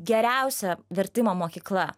geriausia vertimo mokykla